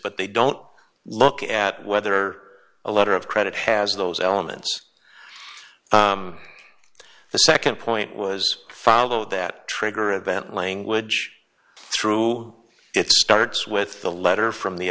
but they don't look at whether a letter of credit has those elements the nd point was follow that trigger event language through it starts with the letter from the